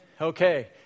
Okay